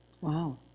Wow